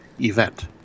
event